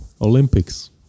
Olympics